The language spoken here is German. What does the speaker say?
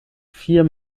vier